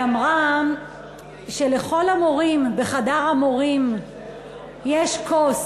היא אמרה שלכל המורים בחדר המורים יש כוס.